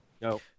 No